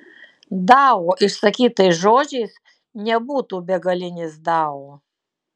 dao išsakytas žodžiais nebūtų begalinis dao